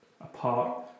Apart